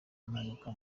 impanuka